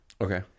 Okay